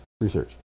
Research